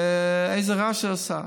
ואיזה רעש זה עשה.